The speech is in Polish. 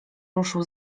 ruszył